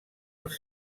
els